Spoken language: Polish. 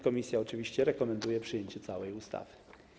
Komisja oczywiście rekomenduje przyjęcie całej ustawy.